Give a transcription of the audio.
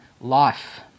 life